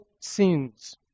sins